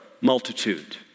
multitude